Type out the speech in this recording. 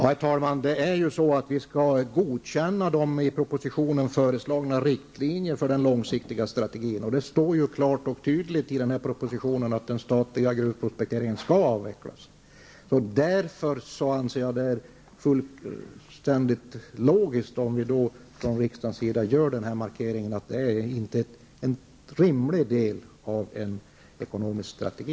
Herr talman! Riksdagen skall ju godkänna de i propositionen föreslagna riktlinjerna för den långsiktiga strategin, och det står klart och tydligt i propositionen att den statliga gruvprospekteringen skall avvecklas. Därför anser jag att det är fullständigt logiskt att riksdagen gör en markering av att detta inte är en rimlig del av en ekonomisk strategi.